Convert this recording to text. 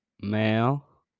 male